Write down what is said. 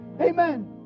Amen